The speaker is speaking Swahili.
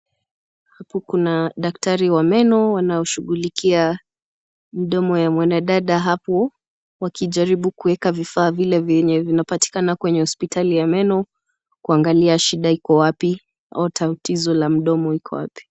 Hapo kuna daktari wa meno wanaoshughulikia mdomo ya mwanadada hapo wakijaribu kuweka vifaa vile vyenye vinapatikana kwenye hospitali ya meno kuangalia shida iko wapi au tatizo la mdomo iko wapi.